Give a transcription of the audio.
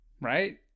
Right